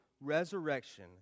resurrection